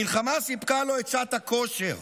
המלחמה סיפקה לו את שעת הכושר.